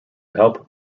help